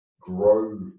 Grow